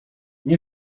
nie